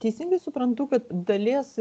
teisingai suprantu kad dalies